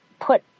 put